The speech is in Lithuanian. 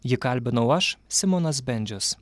jį kalbinau aš simonas bendžius